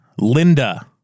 Linda